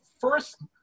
first